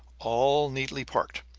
all neatly parked.